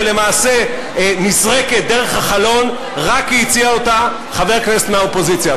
ולמעשה נזרקת דרך החלון רק כי הציע אותה חבר כנסת מהאופוזיציה.